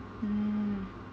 mm